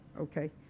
okay